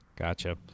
Gotcha